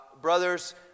Brothers